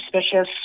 suspicious